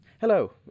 hello